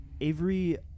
Avery